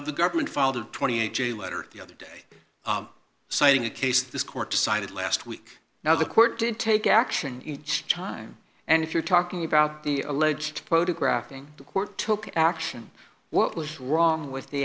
the government filed twenty eight j letter the other day citing a case this court decided last week now the court did take action each time and if you're talking about the alleged photographing the court took action what was wrong with the